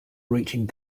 reaching